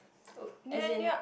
oh as in